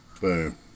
boom